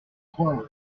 croire